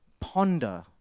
ponder